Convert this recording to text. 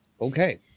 Okay